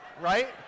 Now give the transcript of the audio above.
right